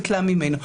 נתלה ממנו.